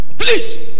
Please